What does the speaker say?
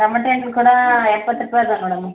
ಟಮೇಟೆ ಹಣ್ಣ್ ಕೂಡ ಎಪ್ಪತ್ತು ರೂಪಾಯಿ ಅದಾವೆ ನೋಡಮ್ಮ